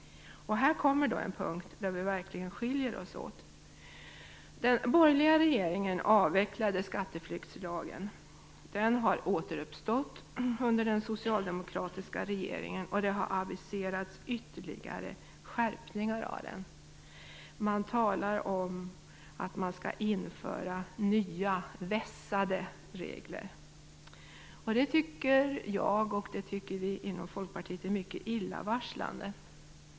Här kommer en punkt där vi verkligen skiljer oss åt. Den borgerliga regeringen avvecklade skatteflyktslagen. Den har återuppstått under den socialdemokratiska regeringen, och det har aviserats ytterligare skärpningar av den. Det talas om att det skall införas nya vässade regler. Det tycker vi i Folkpartiet är mycket illavarslande.